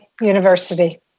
University